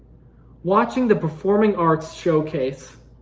watching the performing arts showcase,